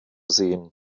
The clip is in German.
sehen